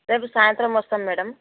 రేపు సాయంత్రం వస్తాను మ్యాడమ్